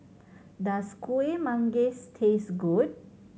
does Kuih Manggis taste good